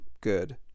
good